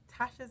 Tasha's